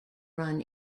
run